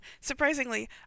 surprisingly